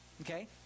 okay